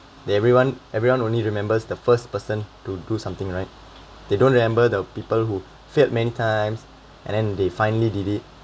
everyone everyone only remembers the first person to do something right they don't remember the people who failed many times and then they finally did it